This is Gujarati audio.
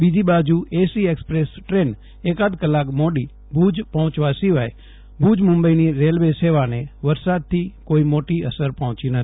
બીજી બાજુએસી એકસપ્રેસ ટ્રેન એકાદ કલાક મોડી ભુજ પર્ણેચવા સિવાય ભુજ મુંબઇની રેલવે સેવાને વરસાદથી કોઇ મોટી અસર પફોંચી નફોતી